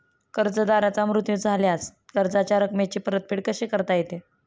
कर्जदाराचा मृत्यू झाल्यास कर्जाच्या रकमेची परतफेड कशी करता येते?